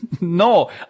No